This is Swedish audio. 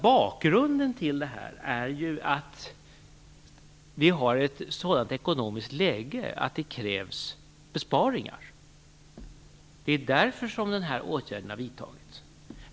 Bakgrunden till detta är också att vi har ett sådant ekonomiskt läge att det krävs besparingar. Det är därför som den här åtgärden har vidtagits.